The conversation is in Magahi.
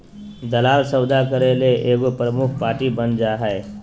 दलाल सौदा करे ले एगो प्रमुख पार्टी बन जा हइ